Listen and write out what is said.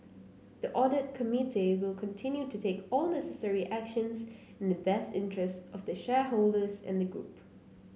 the audit committee will continue to take all necessary actions in the best interests of the shareholders and the group